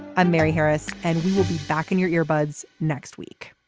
i'm mary harris and we will be back in your earbuds next week